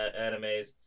animes